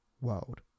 world